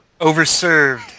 Overserved